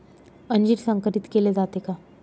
अंजीर संकरित केले जाते का?